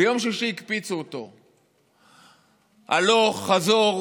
ביום שישי הקפיצו אותו הלוך, חזור.